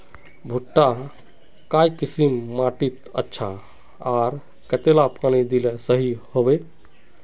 भुट्टा काई किसम माटित अच्छा, आर कतेला पानी दिले सही होवा?